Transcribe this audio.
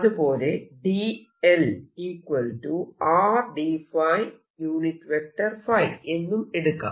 അതുപോലെ dl R dϕ ϕ എന്നും എടുക്കാം